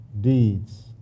deeds